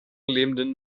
lebenden